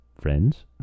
friends